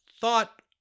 thought